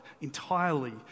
entirely